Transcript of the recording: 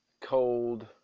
Cold